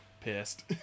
pissed